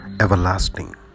everlasting